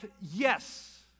yes